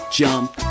jump